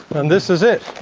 and this is it.